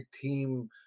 team